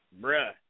bruh